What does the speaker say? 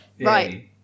Right